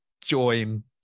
join